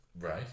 Right